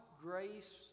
grace